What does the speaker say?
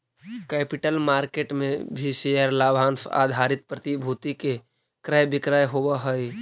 capital market में भी share लाभांश आधारित प्रतिभूति के क्रय विक्रय होवऽ हई